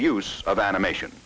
use of animation